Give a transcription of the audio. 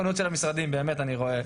באמת אני רואה,